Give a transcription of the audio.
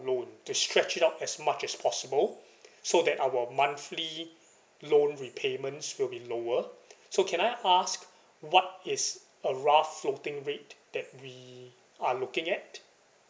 loan to stretch it out as much as possible so that our monthly loan repayments will be lower so can I ask what is a rough floating rate that we are looking at